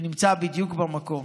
שנמצא בדיוק במקום.